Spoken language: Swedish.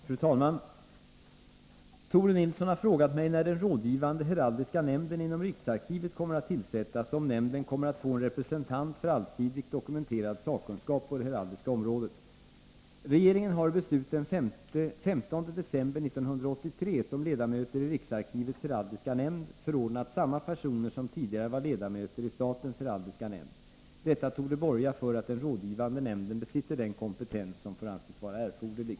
Fru talman! Tore Nilsson har frågat mig när den rådgivande heraldiska nämnden inom riksarkivet kommer att tillsättas och om nämnden kommer att få en representant för allsidigt dokumenterad sakkunskap på det heraldiska området. Regeringen har i beslut den 15 december 1983 som ledamöter i riksarkivets heraldiska nämnd förordnat samma personer som tidigare var ledamöter i statens heraldiska nämnd. Detta torde borga för att den rådgivande nämnden besitter den kompetens som får anses vara erforderlig.